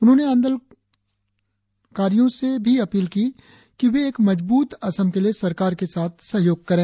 उन्होंने आंदोलनकारियों से भी अपील की कि वे एक मजबूत असम के लिए सरकार के साथ सहयोग करें